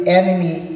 enemy